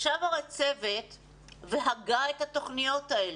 ישב הרי צוות והגה את התוכניות האלו.